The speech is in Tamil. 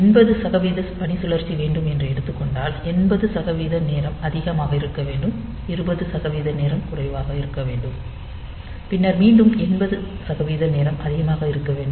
80 சதவிகித பணிசுழற்சி வேண்டும் என எடுத்துக்கொண்டால் 80 சதவிகிதம் நேரம் அதிகமாக இருக்க வேண்டும் 20 சதவிகிதம் நேரம் குறைவாக இருக்க வேண்டும் பின்னர் மீண்டும் 80 சதவீதம் நேரம் அதிகமாக இருக்க வேண்டும்